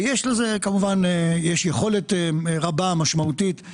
ויש לזה כמובן, יש יכולת רבה משמעותית.